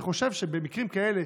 אני חושב שבמקרים כאלה